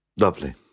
lovely